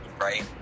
Right